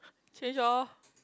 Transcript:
change orh